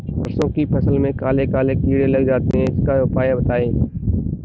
सरसो की फसल में काले काले कीड़े लग जाते इसका उपाय बताएं?